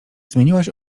zmieniłaś